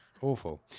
Awful